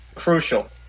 Crucial